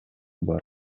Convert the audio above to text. бар